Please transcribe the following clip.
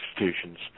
institutions